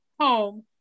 home